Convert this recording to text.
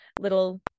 little